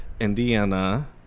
Indiana